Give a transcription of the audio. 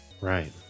Right